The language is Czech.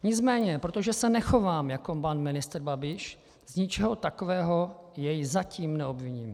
Nicméně protože se nechovám jako pan ministr Babiš, z ničeho takového jej zatím neobviním.